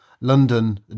London